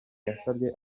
yasabye